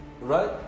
Right